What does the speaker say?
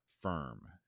Firm